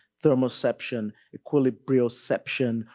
thermoception, equilibrioception,